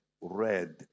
red